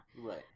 Right